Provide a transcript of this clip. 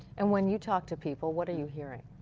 and when you talk to people, what are you hearing?